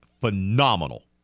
phenomenal